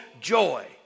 joy